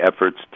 efforts